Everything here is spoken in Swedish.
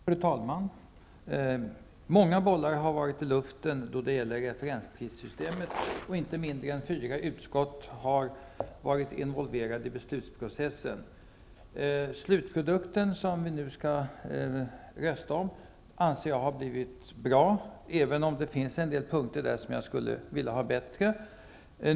Fru talman! Många bollar har varit i luften när det gäller referensprissystemet. Inte mindre än fyra utskott har varit involverade i beslutsprocessen. Jag anser att den slutprodukt som vi nu skall rösta om har blivit bra, även om det finns en del punkter som jag skulle vilja ha bättre.